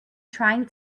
trying